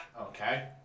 Okay